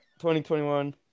2021